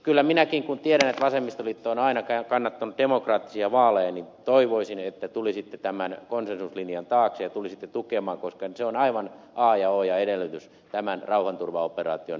kyllä minäkin kun tiedän että vasemmistoliitto on aina kannattanut demokraattisia vaaleja toivoisin että tulisitte tämän konsensuslinjan taakse ja tulisitte tukemaan koska se on aivan a ja o ja edellytys tämän rauhanturvaoperaation etenemiseksi